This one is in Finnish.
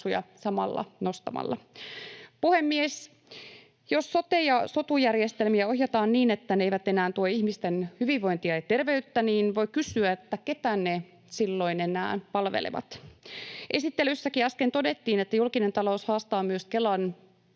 samalla nostamalla. Puhemies! Jos sote- ja sotu-järjestelmiä ohjataan niin, että ne eivät enää tue ihmisten hyvinvointia ja terveyttä, voi kysyä, ketä ne silloin enää palvelevat. Esittelyssäkin äsken todettiin, että julkinen talous haastaa myös Kelan